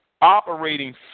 Operating